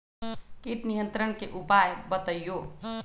किट नियंत्रण के उपाय बतइयो?